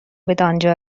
بدانجا